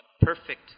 perfect